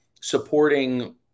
supporting